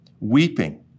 weeping